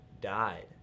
died